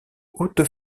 hautes